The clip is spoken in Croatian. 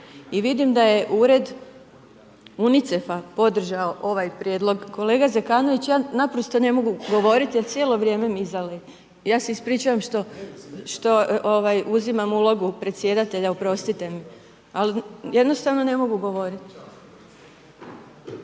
I vidim da je ured UNICEF-a podržao ovaj prijedlog. Kolega Zekanović, ja naprosto ne mogu govoriti jer cijelo vrijeme mi je iza leđa. Ja se ispričavam što uzimam ulogu predsjedatelja, oprostite, ali jednostavno ne mogu govoriti.